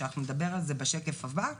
שאנחנו נדבר על זה בשקף הבא,